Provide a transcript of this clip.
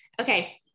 okay